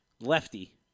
Lefty